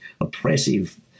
oppressive